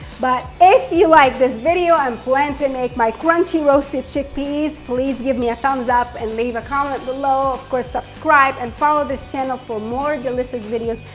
but if you like this video and um plan to make my crunchy roasted chickpeas, please give me a thumbs up and leave a comment below. of course, subscribe and follow this channel for more delicious videos.